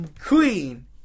Queen